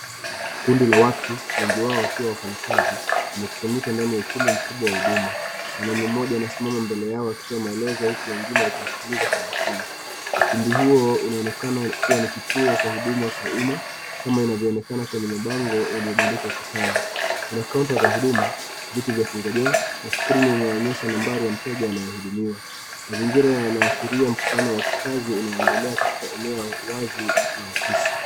Kundi la watu wengi wao wakiwa wafanyikazi ,wamekusanyika ndani ya ukumbi mkubwa kwa nyuma. Mwanaume mmoja anasimama mbele yao akitoa maelezo wengine wakimskiliza kwa makini. Ukumbi huo unaonekana kuwa na kituo cha huduma kwa nyuma, kama inavyoonekana kwa mabango yalivyoandikwa ukutani. Kuna kaunta za huduma, viti vya kungojea, skrini inayoonesha nambari ya mteja anayehudumiwa. Mazingira yanaashiria mkutano wa kikazi uanendelea katika eneo la wazi la ofisi.